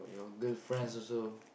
your girlfriends also